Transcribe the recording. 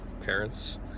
parents